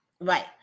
Right